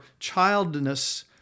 childness